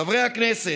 חברי הכנסת,